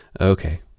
Okay